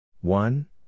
One